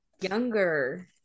younger